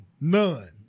None